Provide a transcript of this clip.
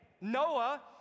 Noah